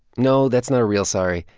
no, that's not a real sorry.